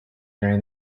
during